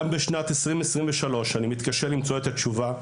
גם בשנת 2023 אני מתקשה למצוא את התשובה,